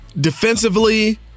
Defensively